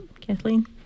Kathleen